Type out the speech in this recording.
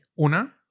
Una